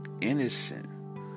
innocent